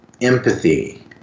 empathy